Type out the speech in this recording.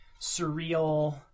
surreal